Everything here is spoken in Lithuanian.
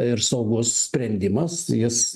ir saugus sprendimas jis